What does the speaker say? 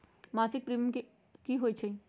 मासिक प्रीमियम की होई छई?